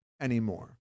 anymore